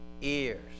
Ears